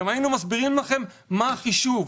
גם היינו מסבירים לכם מה החישוב.